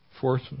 Fourth